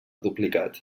duplicat